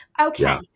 Okay